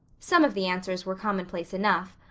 some of the answers were commonplace enough.